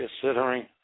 Considering